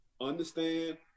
understand